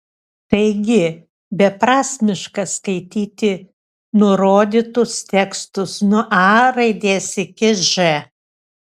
taigi beprasmiška skaityti nurodytus tekstus nuo a raidės iki ž